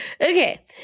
Okay